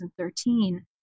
2013